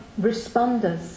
responders